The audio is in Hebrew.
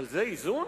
אבל זה איזון?